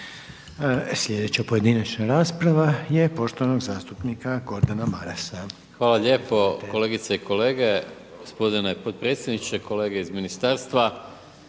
Slijedeća pojedinačna rasprava je poštovanog zastupnika Gordana Marasa. **Maras, Gordan (SDP)** Hvala lijepo, kolegice i kolege, gospodine podpredsjedniče, kolege iz ministarstva,